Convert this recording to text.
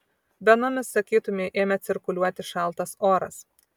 venomis sakytumei ėmė cirkuliuoti šaltas oras